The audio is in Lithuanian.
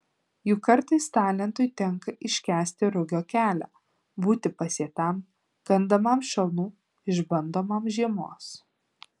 juk kartais talentui tenka iškęsti rugio kelią būti pasėtam kandamam šalnų išbandomam žiemos